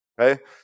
okay